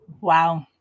Wow